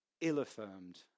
ill-affirmed